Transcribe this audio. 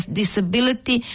disability